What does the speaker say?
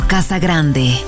Casagrande